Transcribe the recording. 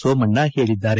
ಸೋಮಣ್ಣ ಹೇಳಿದ್ದಾರೆ